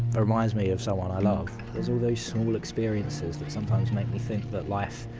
ah reminds me of someone i love. there's all those small experiences that sometimes make me think that life.